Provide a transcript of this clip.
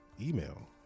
email